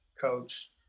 coach